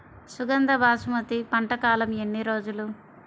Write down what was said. సుగంధ బాసుమతి పంట కాలం ఎన్ని రోజులు?